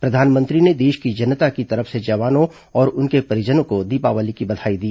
प्रधानमंत्री ने देश की जनता की तरफ से जवानों और उनके परिजनों को दीपावली की बधाई दी